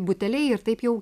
buteliai ir taip jau